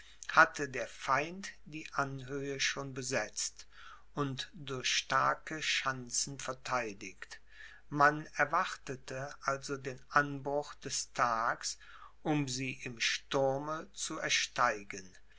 hatte der feind die anhöhe schon besetzt und durch starke schanzen vertheidigt man erwartete also den anbruch des tags um sie im sturme zu ersteigen